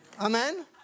Amen